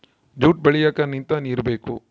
jute ಬೆಳಿಯಕ್ಕೆ ನಿಂತ ನೀರು ಬೇಕು